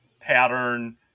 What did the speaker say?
pattern